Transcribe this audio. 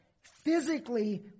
Physically